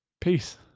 Peace